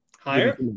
Higher